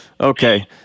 Okay